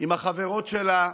עם החברות שלה,